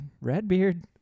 Redbeard